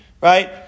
right